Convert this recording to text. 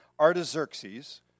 Artaxerxes